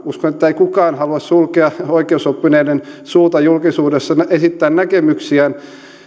uskon että ei kukaan halua sulkea oikeusoppineiden suuta julkisuudessa esittää näkemyksiään